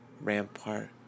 Rampart